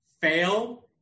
fail